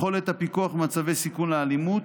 יכולת הפיקוח במצבי סיכון לאלימות,